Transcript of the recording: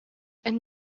and